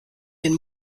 den